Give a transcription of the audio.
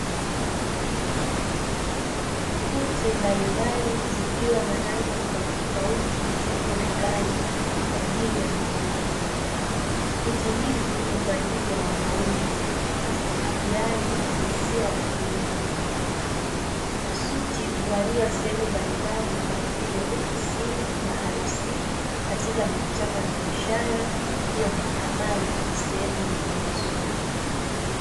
Suti mbalimbali zikiwa na rangi tofautitofauti, ziko dukani kwa ajili ya mauzo. Suti hizi ni kwa ajili ya wanaume, yaani jinsia ya kiume. Suti huvaliwa sehemu mbalimbali kama vile ofisini, maharusini, katika mikutano ya kibiashara, pia mahakamani na sehemu nyinginezo.